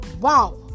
wow